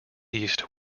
east